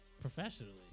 professionally